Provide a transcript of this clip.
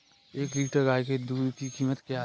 एक लीटर गाय के दूध की कीमत क्या है?